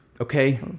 Okay